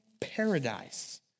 paradise